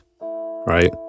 right